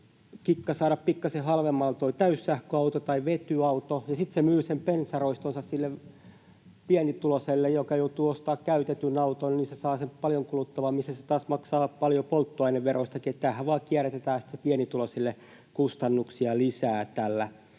saada pikkasen halvemmalla täyssähköauto tai vetyauto, ja sitten hän myy sen bensaroistonsa sille pienituloiselle, joka joutuu ostamaan käytetyn auton. Hän saa sen paljon kuluttavan, ja hän taas maksaa paljon polttoaineveroakin. Tällähän vain kierrätetään pienituloisille kustannuksia lisää.